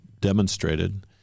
demonstrated